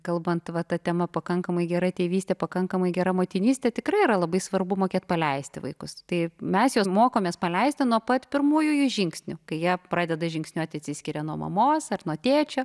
kalbant va ta tema pakankamai gera tėvystė pakankamai gera motinystė tikrai yra labai svarbu mokėt paleisti vaikus tai mes juos mokomės paleisti nuo pat pirmųjų jų žingsnių kai jie pradeda žingsniuoti atsiskiria nuo mamos ar nuo tėčio